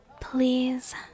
Please